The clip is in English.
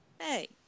Hey